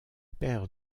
paires